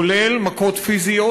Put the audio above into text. כולל מכות פיזיות,